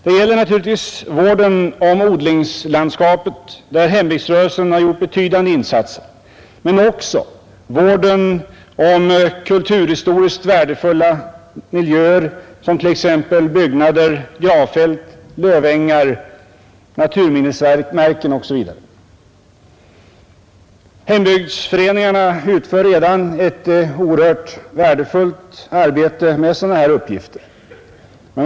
Man engagerar sig i vården av odlingslandskapet, där hembygdsrörelsen har gjort betydande insatser, och naturligtvis utgör vården av kulturhistoriskt värdefulla miljöer såsom byggnader, gravfält, lövängar, naturminnesmärken osv. viktiga inslag i verksamheten. Hembygdsföreningarna utför redan ett oerhört värdefullt arbete med sådana här uppgifter.